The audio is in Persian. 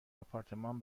آپارتمان